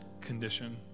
condition